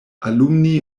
alumni